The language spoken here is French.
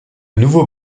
nouveau